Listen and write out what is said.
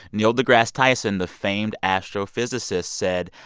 neil degrasse tyson, the famed astrophysicist, said,